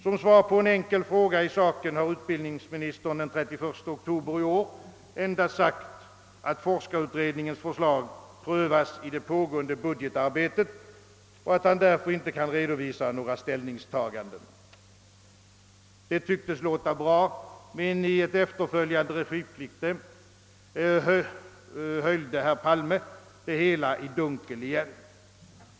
Som svar på en enkel fråga i saken sade utbildningsministern den 31 oktober i år endast, att forskarutredningens förslag prövas i det pågående budgetarbetet och att han därför inte kan redovisa några ställningstaganden. Det lät ju bra, men i ett efterföljande replikskifte höljde herr Palme det hela i dunkel igen.